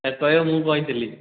ତା'କୁ କହିବ ମୁଁ କହିଥିଲି